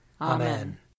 Amen